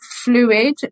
fluid